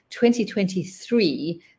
2023